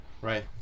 right